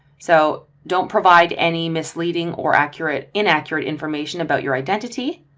so don't provide any misleading or accurate inaccurate information about your identity.